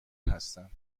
هستند